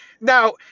now